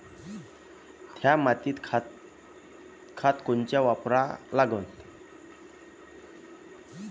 थ्या मातीत खतं कोनचे वापरा लागन?